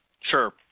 sure